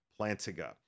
Plantiga